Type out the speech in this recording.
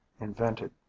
invented